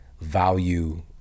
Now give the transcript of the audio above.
value